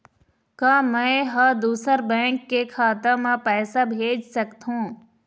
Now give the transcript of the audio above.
का मैं ह दूसर बैंक के खाता म पैसा भेज सकथों?